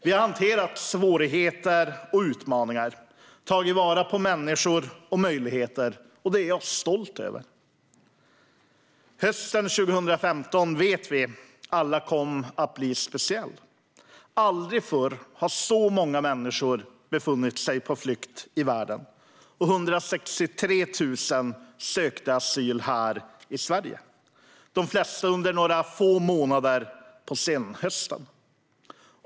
Vi har hanterat svårigheter och utmaningar och tagit vara på människor och möjligheter. Det är jag stolt över. Vi vet alla att hösten 2015 kom att bli speciell. Aldrig förr har så många människor befunnit sig på flykt i världen, och 163 000 sökte asyl här i Sverige. De flesta gjorde det under några få månader på senhösten.